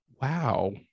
Wow